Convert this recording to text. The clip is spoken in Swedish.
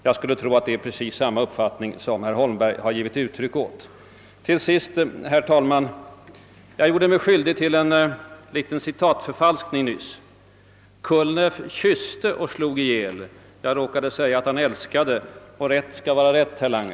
Jag skulle tro att det är precis denna uppfattning som herr Holmberg har givit uttryck för. Jag gjorde mig skyldig till en citatförfalskning nyss. Kulneff »kysste och slog ihjäl»; jag råkade säga att han »älskade», och rätt skall vara rätt, herr Lange.